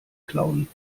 klauen